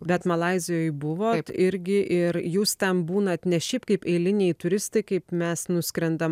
bet malaizijoj buvot irgi ir jūs ten būnat ne šiaip kaip eiliniai turistai kaip mes nuskrendam